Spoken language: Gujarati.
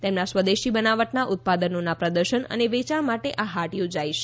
તેમના સ્વદેશી બનાવટનાં ઉત્પાદનોના પ્રદર્શન અને વેચાણ માટે આ હાટ યોજાઈ છે